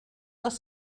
dels